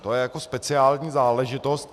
To je speciální záležitost.